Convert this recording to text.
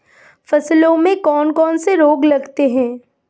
फसलों में कौन कौन से रोग लगते हैं?